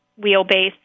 wheelbase